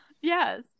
Yes